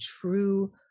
true